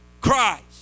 Christ